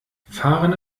fahren